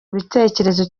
ibitekerezo